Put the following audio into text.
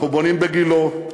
אנחנו בונים בגילה,